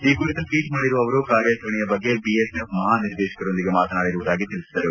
ಈ ಕುರಿತು ಟ್ವೀಟ್ ಮಾಡಿರುವ ಅವರು ಕಾರ್ಯಾಚರಣೆಯ ಬಗ್ಗೆ ಬಿಎಸ್ಎಫ್ ಮಹಾನಿರ್ದೇಶಕರೊಂದಿಗೆ ಮಾತನಾಡಿರುವುದಾಗಿ ತಿಳಿಸಿದ್ದಾರೆ